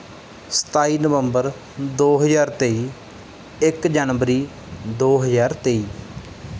ਸਤਾਈ ਨਵੰਬਰ ਦੋ ਹਜ਼ਾਰ ਤੇਈ ਇੱਕ ਜਨਵਰੀ ਦੋ ਹਜ਼ਾਰ ਤੇਈ